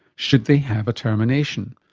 should they have a termination?